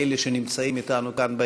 אלה שנמצאים אתנו כאן,